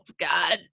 God